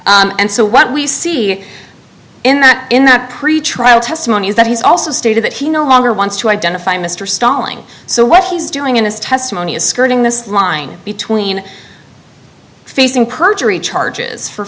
and so what we see in that in that pretrial testimony is that he's also stated that he no longer wants to identify mr stalling so what he's doing in this testimony is skirting this line between facing perjury charges for